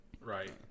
Right